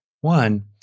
One